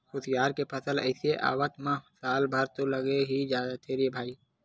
खुसियार के फसल तो अइसे आवत म साल भर तो लगे ही जाथे रे भई